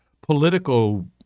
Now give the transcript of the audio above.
political